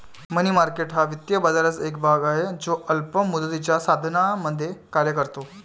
मनी market हा वित्तीय बाजाराचा एक भाग आहे जो अल्प मुदतीच्या साधनांमध्ये कार्य करतो